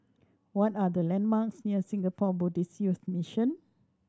what are the landmarks near Singapore Buddhist Youth Mission